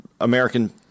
American